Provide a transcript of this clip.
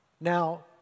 Now